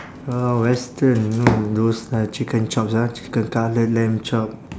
orh western you know those uh chicken chops ah chicken cutlet lamb chop